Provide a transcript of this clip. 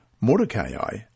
Mordecai